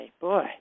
Boy